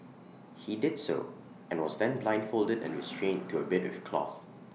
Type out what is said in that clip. he did so and was then blindfolded and restrained to A bed with cloth